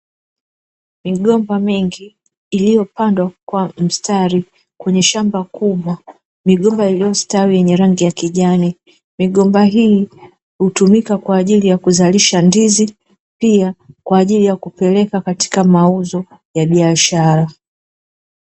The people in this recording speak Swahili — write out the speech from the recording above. Migomba mingi iliyopndwa kwa mstari kwenye shamba kubwa, migomba iliyostawi yenye rangi ya kijani. Migomba hii hutumika kwa ajili ya kuzalisha ndizi pia kwa ajili kupelekwa katika mauzo ya biashara.